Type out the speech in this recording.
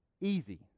easy